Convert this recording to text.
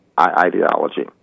ideology